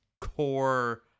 core